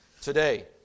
today